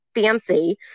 fancy